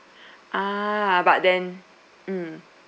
ah but then mm